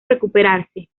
recuperarse